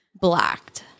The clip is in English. Blacked